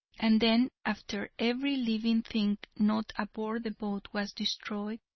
and then after every living thing not aboard the boat was destroyed,